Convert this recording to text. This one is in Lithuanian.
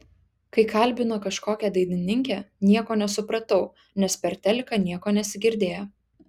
kai kalbino kažkokią dainininkę nieko nesupratau nes per teliką nieko nesigirdėjo